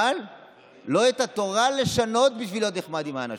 אבל לא לשנות את התורה בשביל להיות נחמד עם האנשים.